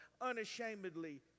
unashamedly